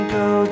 go